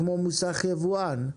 כמו מוסך יבואן.